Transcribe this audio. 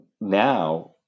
Now